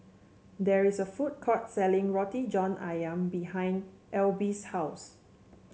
there is a food court selling Roti John ayam behind Alby's house